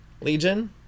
Legion